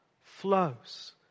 flows